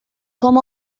com